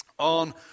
on